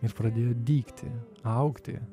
ir pradėjo dygti augti